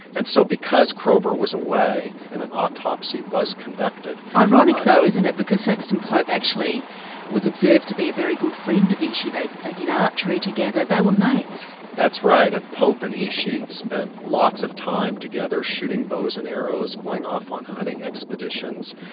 and so because kroeber was away and an autopsy was conducted. ironic though isn't it because saxon pope actually was observed to be a very good friend of ishi, they did archery together, they were mates. that's right, pope and ishi spent lots of time together shooting bows and arrows, going off on hunting expeditions.